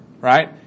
right